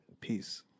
Peace